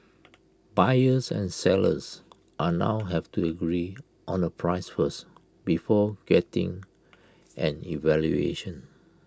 buyers and sellers are now have to agree on A price first before getting an evaluation